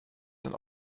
den